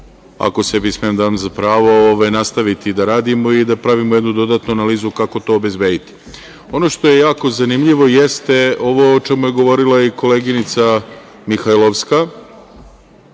ako sebi smem da dam za pravo, nastaviti da radimo i da pravimo jednu dodatnu analizu kako to obezbediti. Ono što je jako zanimljivo jeste ovo o čemu je govorila i koleginica Mihajlovska,